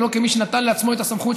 ולא כמי שנטל לעצמו את הסמכות,